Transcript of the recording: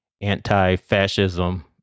anti-fascism